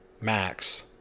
Max